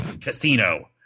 casino